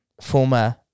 former